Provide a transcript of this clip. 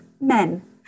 men